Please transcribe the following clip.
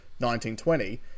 1920